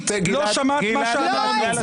הזדהית עם מחבלים, ברחת מהמליאה.